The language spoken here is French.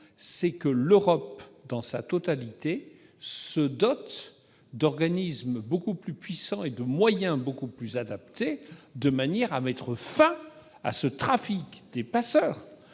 c'est que l'Europe, dans sa totalité, se dote d'organismes beaucoup plus puissants et de moyens beaucoup plus adaptés, de manière à mettre fin au trafic des passeurs.